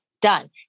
done